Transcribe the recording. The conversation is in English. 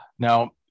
Now